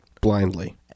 Blindly